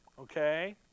okay